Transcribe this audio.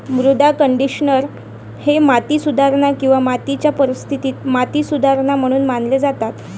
मृदा कंडिशनर हे माती सुधारणा किंवा मातीच्या परिस्थितीत माती सुधारणा म्हणून मानले जातात